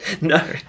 No